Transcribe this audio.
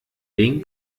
den